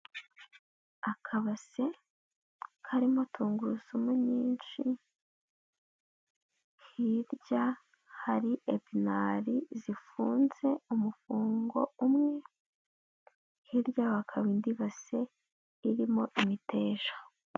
Akabase karimo tungurusumu nyinshi, hirya hari epininari zifunze umufungo umwe, hirya hakaba indi base irimo imiteja.